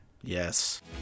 yes